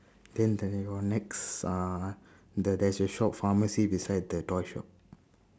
then the your next uh there there is a shop pharmacy beside the toy shop.